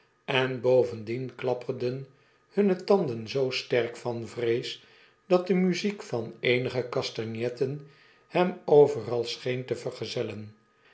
en bovendien klapperden hunne tanden zoo sterk van vrees dat de muziek van eenige castagnetten hem overal scheen te vergezellen